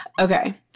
Okay